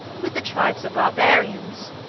with the tribes of barbarians,